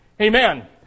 Amen